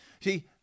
See